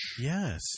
Yes